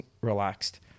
relaxed